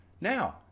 Now